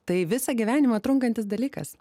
tai visą gyvenimą trunkantis dalykas